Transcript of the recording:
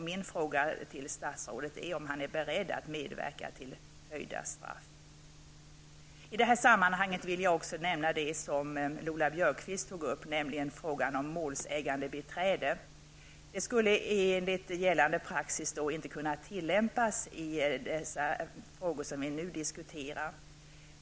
Min fråga till statsrådet är om han är beredd att medverka till höjda straff. I det här sammanhanget vill jag också nämna det som Lola Björkquist tog upp, nämligen frågan om målsägandebiträde. Reglerna för det skulle enligt gällande praxis inte kunna tillämpas i de frågor som vi nu diskuterar.